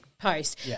post